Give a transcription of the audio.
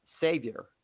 Savior